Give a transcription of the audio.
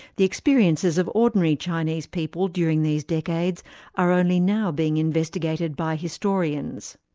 the experiences of ordinary chinese people during these decades are only now being investigated by historians.